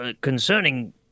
concerning